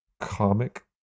comic